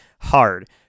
hard